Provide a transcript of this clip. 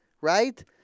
Right